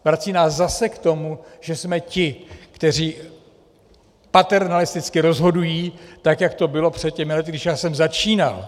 Vrací nás zase k tomu, že jsme ti, kteří paternalisticky rozhodují tak, jak to bylo před těmi lety, když já jsem začínal.